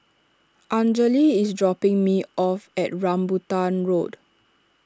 Anjali is dropping me off at Rambutan Road